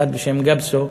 אחד בשם גפסו,